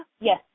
Yes